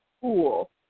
cool